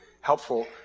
helpful